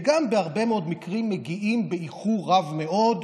וגם בהרבה מאוד מקרים מגיעים באיחור רב מאוד,